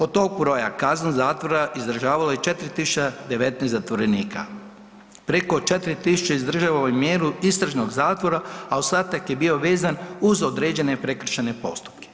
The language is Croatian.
Od tog broja kaznu zatvora izdržavalo je 4.019 zatvorenika, preko 4.000 izdržava i mjeru istražnog zatvora, a ostatak je bio vezan uz određene prekršajne postupke.